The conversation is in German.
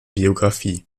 biografie